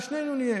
אז שנינו נהיה.